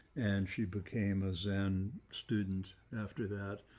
and she became a zen student after that,